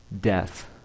Death